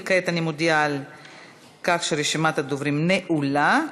ואני מודיעה כעת שרשימת הדוברים נעולה.